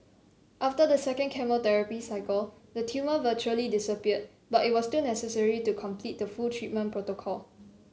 after the second chemotherapy cycle the tumour virtually disappeared but it was still necessary to complete the full treatment protocol